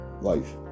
life